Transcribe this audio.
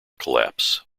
collapse